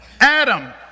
Adam